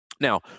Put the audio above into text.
Now